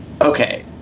Okay